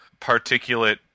particulate